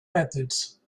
methods